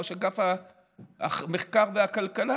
ראש אגף המחקר והכלכלה,